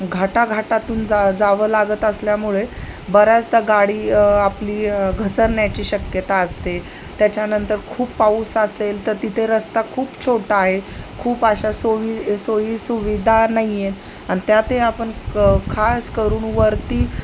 घाटा घाटातून जा जावं लागत असल्यामुळे बऱ्याचदा गाडी आपली घसरण्याची शक्यता असते त्याच्यानंतर खूप पाऊस असेल तर तिथे रस्ता खूप छोटा आहे खूप अशा सोई सोयी सुुविधा नाहीये अन् त्या ते आपण क खास करून वरती